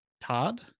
Todd